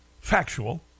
factual